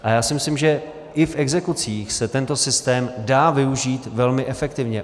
A já si myslím, že i v exekucích se tento systém dá využít velmi efektivně.